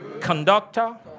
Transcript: conductor